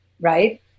right